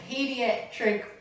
Pediatric